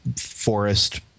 forest